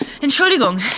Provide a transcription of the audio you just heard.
Entschuldigung